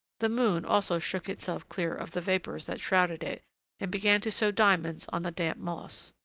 the moon also shook itself clear of the vapors that shrouded it and began to sow diamonds on the damp moss.